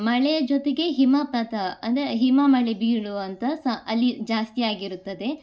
ಮಳೆ ಜೊತೆಗೆ ಹಿಮಪಾತ ಅಂದರೆ ಹಿಮ ಮಳೆ ಬೀಳುವಂತಹ ಸಹ ಅಲ್ಲಿ ಜಾಸ್ತಿಯಾಗಿರುತ್ತದೆ